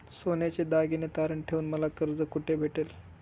सोन्याचे दागिने तारण ठेवून मला कर्ज कुठे भेटेल?